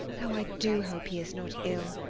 oh, i do hope he is not ill.